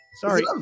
Sorry